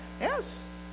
yes